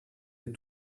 les